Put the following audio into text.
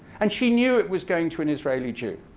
and she knew it was going to an israeli jew,